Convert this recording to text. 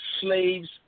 slave's